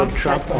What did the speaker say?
um trump? oh